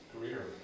Career